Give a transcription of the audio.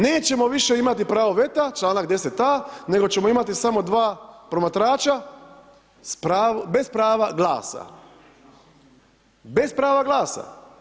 Nećemo više imati pravo veta članak 10.a nego ćemo imati samo dva promatrača bez prava glasa, bez prava glasa.